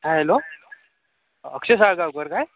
हा हॅलो अक्षय साळगावकर काय